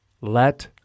let